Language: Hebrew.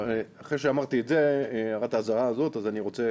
אחרי שאמרתי את הערת האזהרה הזאת אני רוצה